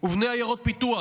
ובני עיירות פיתוח,